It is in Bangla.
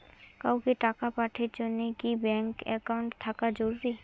কাউকে টাকা পাঠের জন্যে কি ব্যাংক একাউন্ট থাকা জরুরি?